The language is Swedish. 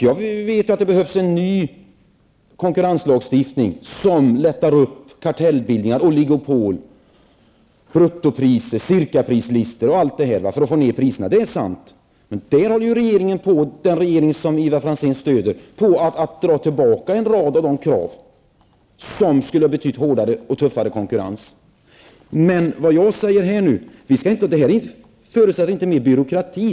Jag vet att det behövs en ny konkurrenslagstiftning, som lättar upp kartellbildningar, oligopol, bruttopriser, cirkaprislistor, m.m., för att få ned priserna. Det är sant. Men regeringen -- den regering som Ivar Franzén stöder -- håller ju på att dra tillbaka en rad av de krav som skulle ha betytt hårdare och tuffare konkurrens. Vad jag nu säger här förutsätter inte mer byråkrati.